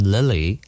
Lily